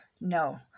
No